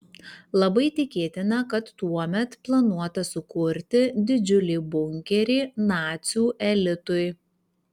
labai tikėtina kad tuomet planuota sukurti didžiulį bunkerį nacių elitui